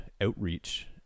outreach